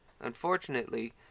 Unfortunately